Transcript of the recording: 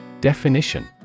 Definition